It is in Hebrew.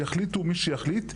יחליטו מי שיחליט,